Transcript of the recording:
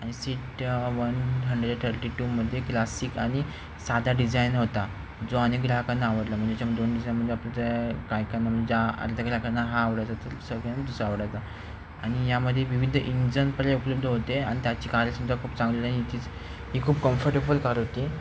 आणि seat one hundred thirty टूमध्ये classic आणि साधा डिझाईन होता जो अनेक ग्राहकांना आवडला म्हणजे त्याच्या दोन डिझाईनमध्ये आपल्या त्या गायकांना म्हणजे आ आता त्या गिऱ्हायकांना हा आवडायचा तो सगळ्यांना दुसरा आवडायचा आणि यामध्ये विविध इंजन पहिले उपलब्ध होते आणि त्याची कार्यक्षमता खूप चांगली होती आणि इथेच ही खूप कम्फर्टेबल कार होती